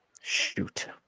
Shoot